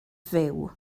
fyw